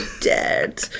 dead